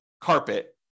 carpet